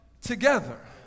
together